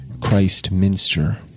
Christminster